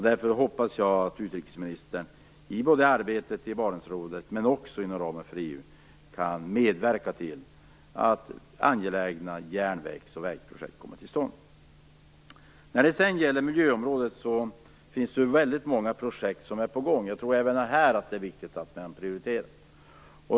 Därför hoppas jag att utrikesministern både i arbetet i Barentsrådet och inom ramen för EU kan medverka till att angelägna järnvägs och vägprojekt kommer till stånd. På miljöområdet är väldigt många projekt på gång. Jag tror även här att det är viktigt att prioritera.